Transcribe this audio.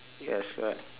yes correct